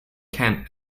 kent